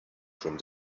from